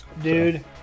Dude